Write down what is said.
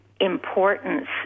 importance